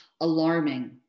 alarming